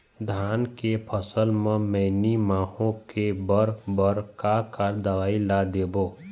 धान के फसल म मैनी माहो के बर बर का का दवई ला देबो?